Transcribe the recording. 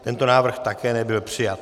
Tento návrh také nebyl přijat.